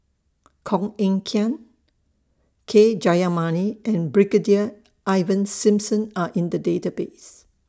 Koh Eng Kian K Jayamani and Brigadier Ivan Simson Are in The Database